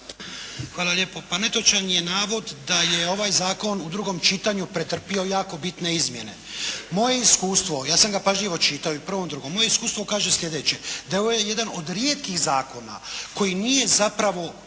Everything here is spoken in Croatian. Hvala lijepo. Pa netočan je navod da je ovaj zakon u drugom čitanju pretrpio jako bitne izmjene. Moje iskustvo, ja sam ga pažljivo čitao i u prvom i drugom. Moje iskustvo kaže sljedeće, da ovo je jedan od rijetkih zakona koji nije zapravo